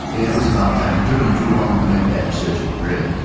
and, it was about time. it took em too long to make that decision, really